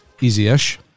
easy-ish